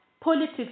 politics